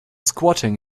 squatting